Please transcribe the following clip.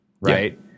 Right